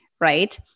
right